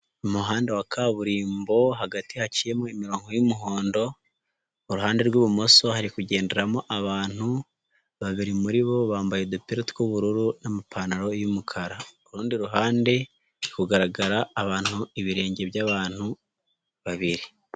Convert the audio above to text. Umuhanda wa kaburimbo hagati haciyemo imirongo y'umuhondo, iruhande rw'ibumoso hari kugenderamo abantu, babiri muri bo bambaye udupira tw'ubururu n'amapantaro y'umukara, ku rundi ruhande hagaragara abantu ibirenge by'abantu babiri.